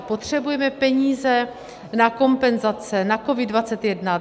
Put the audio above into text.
Potřebujeme peníze na kompenzace, na COVID 21.